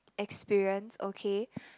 experience okay